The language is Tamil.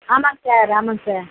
ஆமாங்க சார் ஆமாங்க சார்